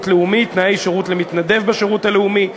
לאומי (תנאי שירות למתנדב בשירות לאומי),